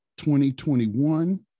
2021